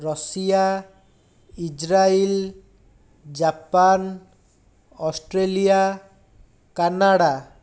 Russia Israel Japan Australia Canada